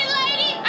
lady